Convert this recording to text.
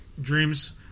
Dreams